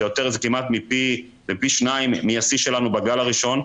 זה כמעט פי שניים מהשיא שלנו בגל הראשון,